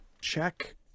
check